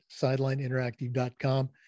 sidelineinteractive.com